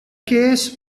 case